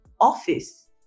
office